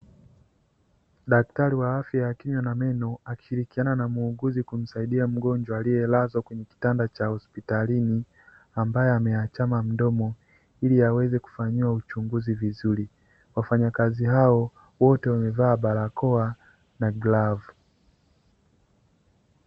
Daktari wa afya ya kinywa na meno, akishirikiana na muuguzi kumsaidia mgonjwa aliye lazwa kwenye kitanda cha hospitalini, ambaye ameachama mdomo ili aweze kufanyiwa uchunguzi vizuri. Wafanyakazi hao wote wamevaa barakoa na glavu.